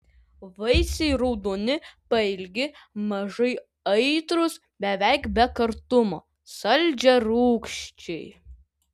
vaisiai raudoni pailgi mažai aitrūs beveik be kartumo saldžiarūgščiai